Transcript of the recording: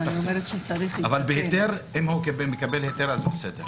אם הוא קיבל היתר לזה אז בסדר.